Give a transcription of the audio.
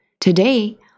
Today